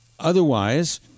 Otherwise